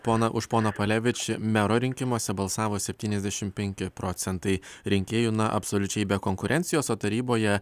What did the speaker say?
poną už poną palevič mero rinkimuose balsavo septyniasdešimt penki procentai rinkėjų na absoliučiai be konkurencijos o taryboje